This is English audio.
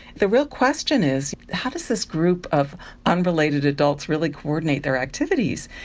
the real question is how does this group of unrelated adults really coordinate their activities?